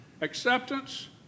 acceptance